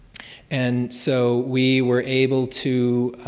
and so we were able to,